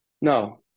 No